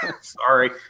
sorry